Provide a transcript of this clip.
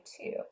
two